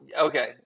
Okay